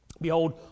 Behold